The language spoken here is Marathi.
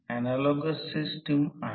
अग्रगण्य व्होल्टेज V2आहे